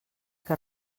que